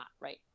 right